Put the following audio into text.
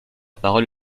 parole